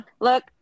Look